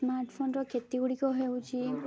ସ୍ମାର୍ଟଫୋନର କ୍ଷତିଗୁଡ଼ିକ ହେଉଛି